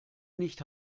nicht